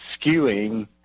skewing